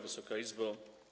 Wysoka Izbo!